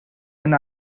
and